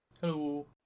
Hello